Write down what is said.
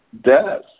death